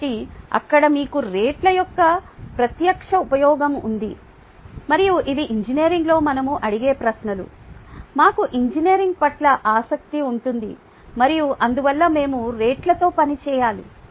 కాబట్టి అక్కడ మీకు రేట్ల యొక్క ప్రత్యక్ష ఉపయోగం ఉంది మరియు ఇవి ఇంజనీరింగ్లో మనం అడిగే ప్రశ్నలు మాకు ఇంజనీరింగ్ పట్ల ఆసక్తి ఉంటుంది మరియు అందువల్ల మేము రేట్లతో పని చేయాలి